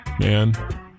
Man